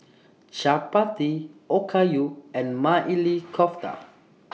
Chapati Okayu and Maili Kofta